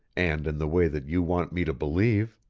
and in the way that you want me to believe.